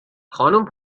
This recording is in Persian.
خانم